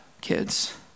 kids